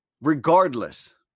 Regardless